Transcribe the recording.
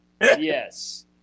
Yes